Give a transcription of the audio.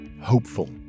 hopeful